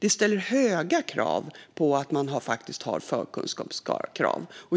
Det ställer höga krav på att man har förkunskaper.